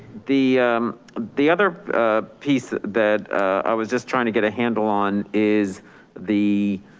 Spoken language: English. the the other piece that i was just trying to get a handle on is the